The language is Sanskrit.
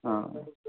आ